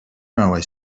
railway